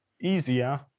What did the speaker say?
easier